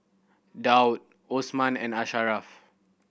Daud Osman and Asharaff